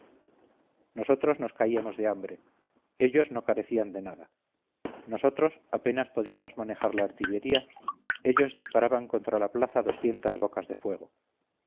nosotros nos caíamos de hambre ellos no carecían de nada nosotros apenas podíamos manejar la artillería ellos disparaban contra la plaza doscientas bocas de fuego